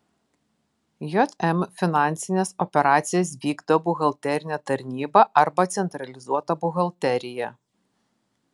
jm finansines operacijas vykdo buhalterinė tarnyba arba centralizuota buhalterija